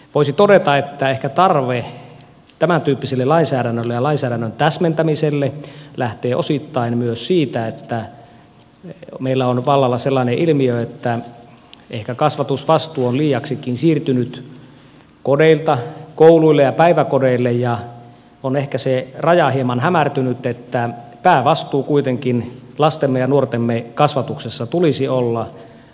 voisi todeta että ehkä tarve tämäntyyppiselle lainsäädännölle ja lainsäädännön täsmentämiselle lähtee osittain myös siitä että meillä on vallalla sellainen ilmiö että ehkä kasvatusvastuu on liiaksikin siirtynyt kodeilta kouluille ja päiväkodeille ja on ehkä se raja hieman hämärtynyt että päävastuun lastemme ja nuortemme kasvatuksesta tulisi kuitenkin olla lasten vanhemmilla